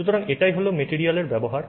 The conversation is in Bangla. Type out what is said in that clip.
সুতরাং এটাই হল মেটেরিয়াল এর ব্যবহার